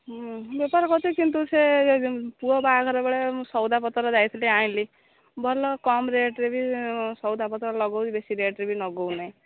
ହଁ ବେପାର କରୁଛି କିନ୍ତୁ ସେ ପୁଅ ବାହାଘର ବେଳେ ମୁଁ ସଉଦାପତ୍ର ଯାଇଥିଲି ଆଣିଲି ଭଲ କମ ରେଟ୍ରେ ବି ସଉଦାପତ୍ର ଲଗଉଛି ବେଶୀ ରେଟ୍ରେ ବି ଲଗାଉନାହିଁ